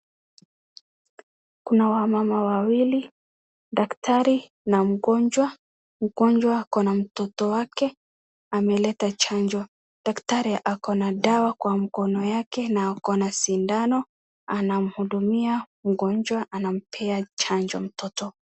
Kuna wamama wawili, daktari na mgonjwa. Mgonjwa akona mtoto wake ameleta chanjo. Daktari akona dawa kwa mkono yake na akona sindano anamhudumia mgonjwa anampea chanjo mtoto.